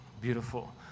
beautiful